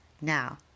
Now